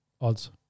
odds